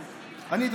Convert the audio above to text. אני,